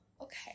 okay